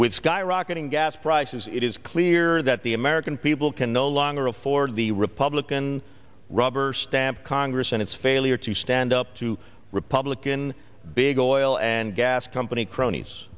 with skyrocketing gas prices it is clear that the american people can no longer afford the republican rubber stamp congress and its failure to stand up to republican big oil and gas company cronies